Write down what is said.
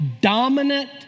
dominant